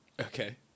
Okay